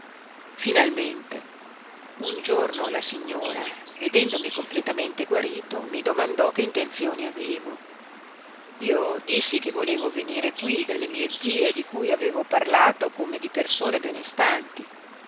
finalmente un giorno la signora vedendomi completamente guarito mi domandò che intenzioni avevo io dissi che volevo venire qui dalle mie zie di cui avevo parlato come di persone benestanti